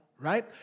right